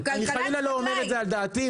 אני חלילה לא אומר את זה על דעתי,